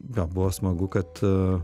gal buvo smagu kad